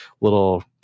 little